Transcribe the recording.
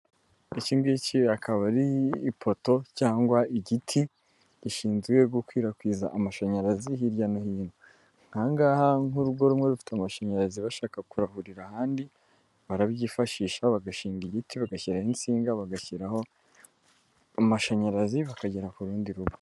Iki ngiki akaba ari ipoto cyangwa igiti gishinzwe gukwirakwiza amashanyarazi hirya no hino. Aha ngaha nk'urugo rumwe rufite amashanyarazi bashaka kurahurira ahandi, barabyifashisha, bagashinga igiti, bagashyiraho insinga, bagashyiraho amashanyarazi, bakagera ku rundi rugo.